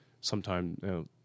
sometime